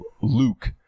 Luke